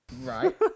Right